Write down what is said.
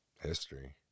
history